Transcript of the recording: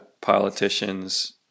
Politicians